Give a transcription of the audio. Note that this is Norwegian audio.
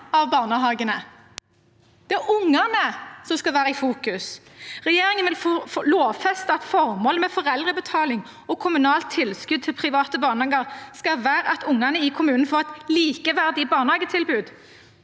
av barnehagene. Det er ungene som skal være i fokus. Regjeringen vil lovfeste at formålet med foreldrebetaling og kommunalt tilskudd til private barnehager skal være at ungene i kommunen får et likeverdig barnehagetilbud.